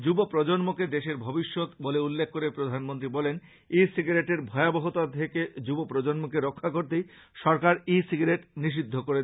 যুব প্রজন্মকে দেশের ভবিষ্যত বলে উল্লেখ করে প্রধানমন্ত্রী বলেন ই সিগারেটের ভয়াবহতা থেকে যুব প্রজন্মকে রক্ষা করতেই সরকার ই সিগারেট নিষিদ্ধ করেছে